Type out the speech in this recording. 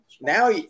now